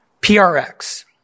prx